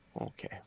Okay